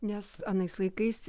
nes anais laikais